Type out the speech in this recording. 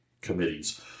committees